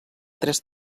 tres